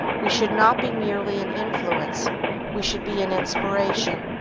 we should not be merely an influence we should be an inspiration.